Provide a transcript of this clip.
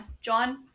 John